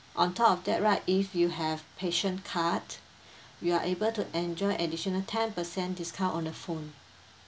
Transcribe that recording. on top of that right if you have passion card you are able to enjoy additional ten percent discount on the phone